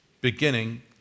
beginning